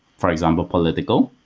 for example, political.